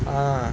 ah